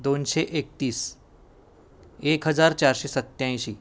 दोनशे एकतीस एक हजार चारशे सत्त्याऐंशी